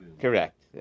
Correct